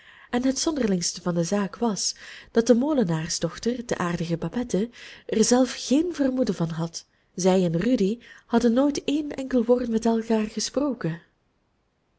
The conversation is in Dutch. en het zonderlingste van de zaak was dat de molenaarsdochter de aardige babette er zelf geen vermoeden van had zij en rudy hadden nooit een enkel woord met elkaar gesproken